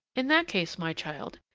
in that case, my child,